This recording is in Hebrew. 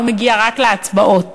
הוא מגיע רק להצבעות,